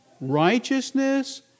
righteousness